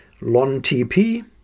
LonTP